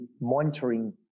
monitoring